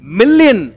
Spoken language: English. million